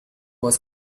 was